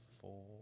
four